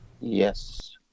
Yes